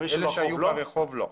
אלה שהיו ברחוב, לא.